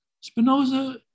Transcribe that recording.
spinoza